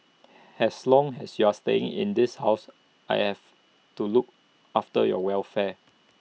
as long as you are staying in this house I have to look after your welfare